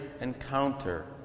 encounter